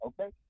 okay